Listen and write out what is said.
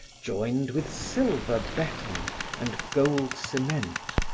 joined with silver beton and gold cement.